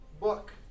book